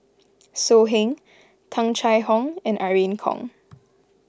So Heng Tung Chye Hong and Irene Khong